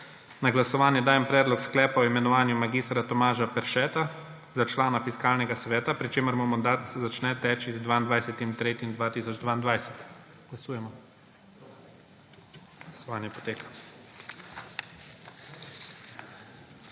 Na glasovanje dajem Predlog sklepa o imenovanju mag. Tomaža Peršeta za člane Fiskalnega sveta, pri čemur mu mandat začne teči z 22. 3. 2022. Glasujemo. Navzočih